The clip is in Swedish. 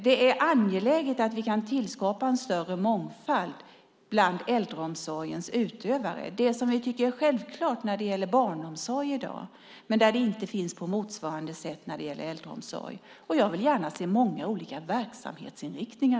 Det är angeläget att vi kan skapa en större mångfald bland äldreomsorgens utövare. Det är det vi tycker är självklart när det gäller barnomsorg i dag, men det finns inte på motsvarande sätt när det gäller äldreomsorg. Jag vill gärna se många olika verksamhetsinriktningar.